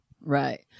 Right